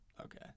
Okay